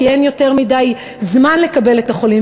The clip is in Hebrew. כי אין יותר מדי זמן לקבל את החולים,